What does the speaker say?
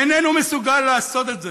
איננו מסוגל לעשות את זה.